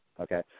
okay